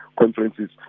conferences